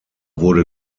wurde